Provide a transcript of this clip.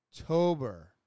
October